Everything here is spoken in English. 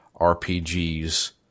RPGs